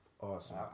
Awesome